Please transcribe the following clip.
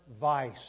vice